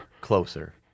closer